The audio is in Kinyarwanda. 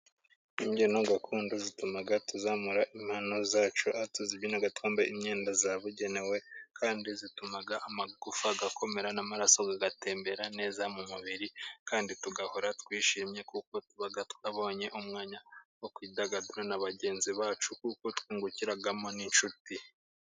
Imbyino gakondo zituma tuzamura impano zacu, aho tuzibyina twambaye imyenda yabugenewe, kandi zituma amagufa akomera n'amaraso agatembera neza mu mubiri, kandi tugahora twishimye, kuko tuba twabonye umwanya wo kwidagadura na bagenzi bacu, kuko twungukiramo n'inshuti.